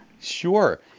Sure